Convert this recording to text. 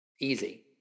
Easy